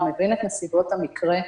הוא מבין את נסיבות המקרה.